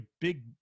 big